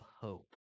hope